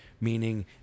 Meaning